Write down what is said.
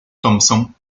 thompson